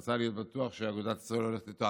הוא רצה להיות בטוח שאגודת ישראל הולכת איתו.